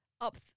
up